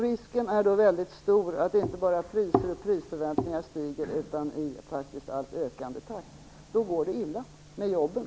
Risken är då väldigt stor att priser och prisförväntningar inte bara stiger utan att de gör det i en allt ökande takt. Då går det illa med jobben.